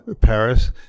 Paris